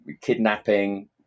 kidnapping